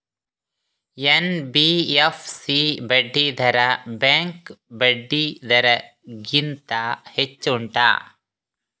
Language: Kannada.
ಎನ್.ಬಿ.ಎಫ್.ಸಿ ಬಡ್ಡಿ ದರ ಬ್ಯಾಂಕ್ ಬಡ್ಡಿ ದರ ಗಿಂತ ಹೆಚ್ಚು ಉಂಟಾ